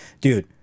dude